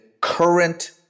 current